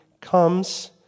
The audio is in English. comes